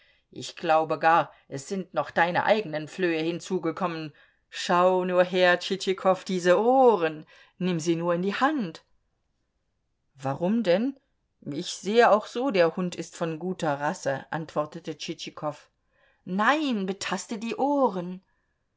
ich glaube gar es sind noch deine eigenen flöhe hinzugekommen schau nur her tschitschikow diese ohren nimm sie nur in die hand warum denn ich sehe auch so der hund ist von guter rasse antwortete tschitschikow nein betaste die ohren